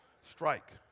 Strike